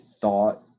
thought